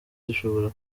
dushobora